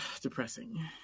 depressing